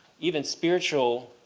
even spiritual,